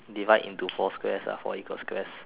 divide into four squares ah four equal squares